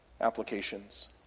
Applications